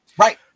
right